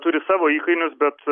turi savo įkainius bet